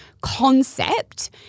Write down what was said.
concept